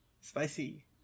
spicy